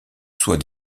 soit